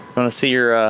want to see your.